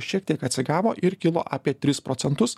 šiek tiek atsigavo ir kilo apie tris procentus